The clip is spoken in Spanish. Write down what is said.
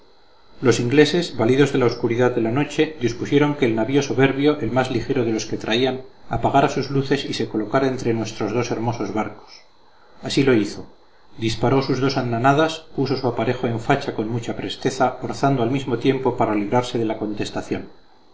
los ingleses validos de la obscuridad de la noche dispusieron que el navío soberbio el más ligero de los que traían apagara sus luces y se colocara entre nuestros dos hermosos barcos así lo hizo disparó sus dos andanadas puso su aparejo en facha con mucha presteza orzando al mismo tiempo para librarse de la contestación